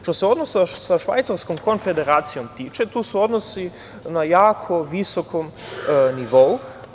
Što se tiče odnosa sa Švajcarskom Konfederacijom, tu su odnosi na jako visokom nivou.